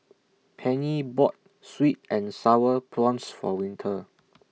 Pennie bought Sweet and Sour Prawns For Winter